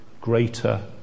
greater